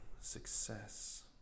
success